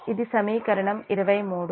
ఇది సమీకరణం 23